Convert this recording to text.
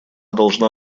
должна